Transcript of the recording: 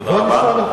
תודה רבה.